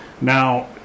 Now